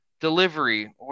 delivery